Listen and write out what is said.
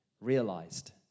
realized